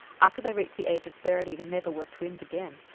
after they reached the age of thirty they never were twins again.